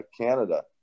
Canada